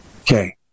Okay